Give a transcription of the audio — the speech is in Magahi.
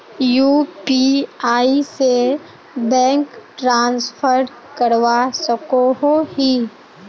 यु.पी.आई से बैंक ट्रांसफर करवा सकोहो ही?